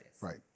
right